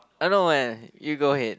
uh nevermind you go ahead